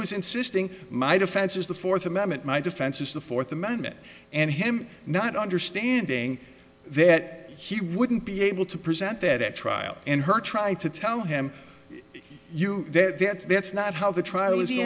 was insisting my defense is the fourth amendment my defense is the fourth amendment and him not understanding that he wouldn't be able to present that at trial and her try to tell him you that that's that's not how the trial is